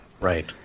Right